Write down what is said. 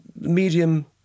medium